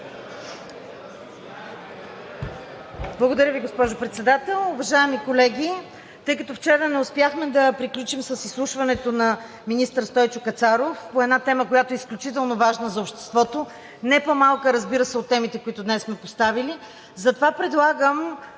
Благодаря Ви, госпожо Председател. Уважаеми колеги, тъй като вчера не успяхме да приключим с изслушването на министър Стойчо Кацаров по една тема, която е изключително важна за обществото, не по-малка, разбира се, от темите, които днес сме поставили,